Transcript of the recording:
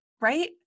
right